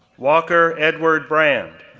walker edward brand,